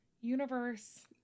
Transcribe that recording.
universe